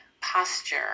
posture